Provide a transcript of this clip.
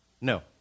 No